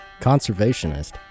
conservationist